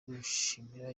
kwishimira